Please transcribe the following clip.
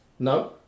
No